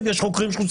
זה החוק הקיים.